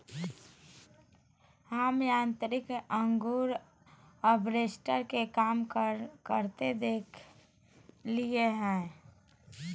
हम यांत्रिक अंगूर हार्वेस्टर के काम करते देखलिए हें